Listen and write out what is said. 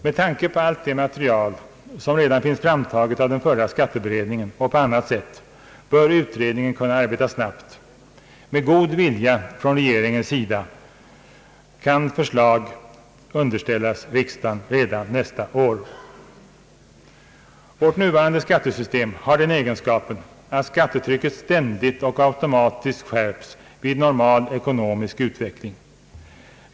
Med tanke på allt det material, som redan finns framtaget av den förra skatteberedningen och på annat sätt, bör utredningen kunna arbeta snabbt. Med god vilja från regeringens sida kan förslag underställas riksdagen redan nästa år. Vårt nuvarande skattesystem har den egenskapen att skattetrycket ständigt och automatiskt skärps vid normal ekonomisk utveckling.